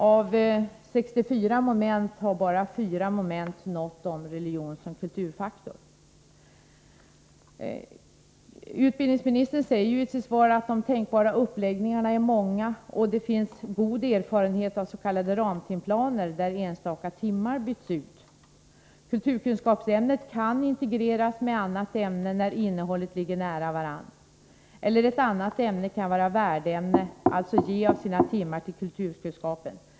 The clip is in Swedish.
Av 64 moment har bara 4 moment något om religion som kulturfaktor. Utbildningsministern säger i sitt svar att de tänkbara uppläggningarna är många. Det finns också god erfarenhet av s.k. ramtimplaner, där enstaka timmar byts ut. Kulturkunskapsämnet kan integreras med ett annat ämne när innehållen ligger nära varandra. Ett annat ämne kan också vara värdämne, alltså ge av sina timmar till kulturkunskapen.